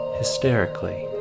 hysterically